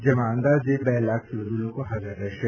જેમાં અંદાજે બે લાખથી વધુ લોકો હાજર રહેશે